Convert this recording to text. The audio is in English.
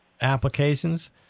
applications